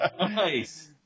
Nice